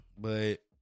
but-